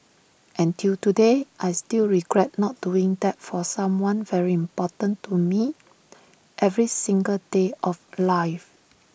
and till today I still regret not doing that for someone very important to me every single day of life